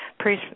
Please